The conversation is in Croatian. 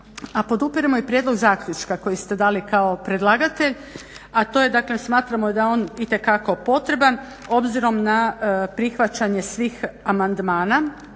a podupiremo i prijedlog zaključka koji ste dali kao predlagatelj a to je dakle smatramo da je on itekako potreban obzirom na prihvaćanje svih amandmana.